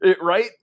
right